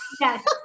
Yes